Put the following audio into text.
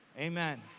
Amen